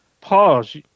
Pause